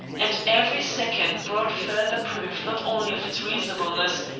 and every second brought further proof not only of its reasonableness,